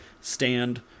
stand